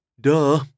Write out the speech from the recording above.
Duh